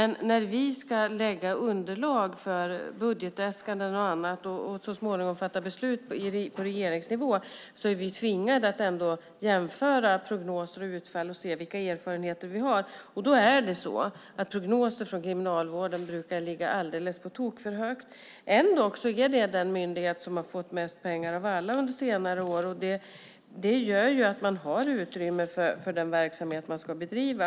När vi ska göra underlag för budgetäskanden och så småningom fatta beslut på regeringsnivå är vi tvungna att jämföra prognoser och utfall och se vilka erfarenheter vi har. Prognoser från Kriminalvården brukar ligga på tok för högt. Ändå är det den myndighet som har fått mest pengar av alla under senare år. Det gör att man har utrymme för den verksamhet man ska bedriva.